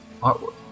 artwork